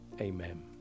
Amen